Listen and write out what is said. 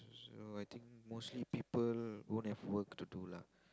so I think mostly people won't have work to do lah